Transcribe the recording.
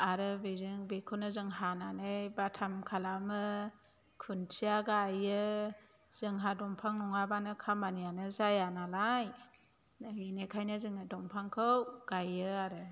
आरो बेजों बेखौनो जों हानानै बाथाम खालामो खुन्थिया गायो जोंहा दंफां नङाब्लानो खामानियानो जायानालाय बेनिखायनो जोङो दंफांखौ गायो आरो